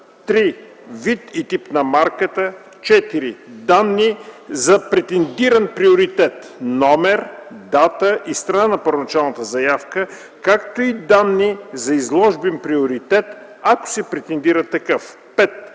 3. вид и тип на марката; 4. данни за претендиран приоритет – номер, дата и страна на първоначалната заявка, както и данни за изложбен приоритет, ако се претендира такъв; 5.